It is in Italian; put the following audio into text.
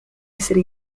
essere